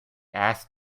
asked